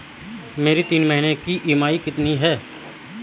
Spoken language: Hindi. मेरी तीन महीने की ईएमआई कितनी है?